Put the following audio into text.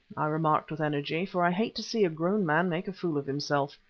i remarked with energy, for i hate to see a grown man make a fool of himself.